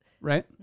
right